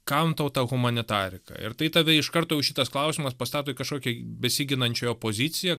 kam tau ta humanitarika ir tai tave iš karto jau šitas klausimas pastato į kažkokį besiginančiojo poziciją